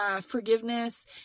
forgiveness